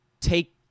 Take